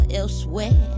elsewhere